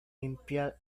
limpiar